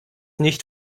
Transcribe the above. nicht